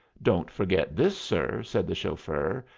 don't forget this, sir, said the chauffeur,